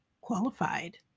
qualified